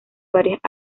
varias